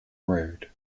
road